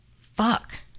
fuck